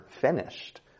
finished